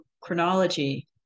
chronology